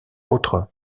autres